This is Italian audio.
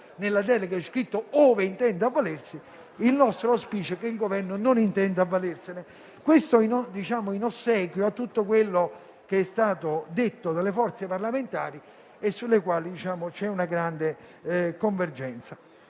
nella delega è scritto «ove intenda avvalersi», il nostro auspicio è che il Governo non intenda avvalersene; questo in ossequio a tutto quello che è stato detto dalle forze parlamentari, su cui c'è una grande convergenza.